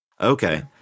Okay